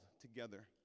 together